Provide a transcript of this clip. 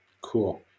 Cool